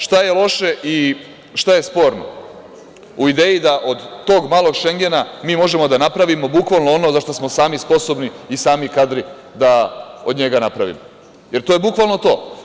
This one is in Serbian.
Šta je loše i šta je sporno u ideji da od tog „malog Šengena“ mi možemo da napravimo bukvalno ono za šta smo sami sposobni i sami kadri da od njega napravimo, jer to je bukvalno to.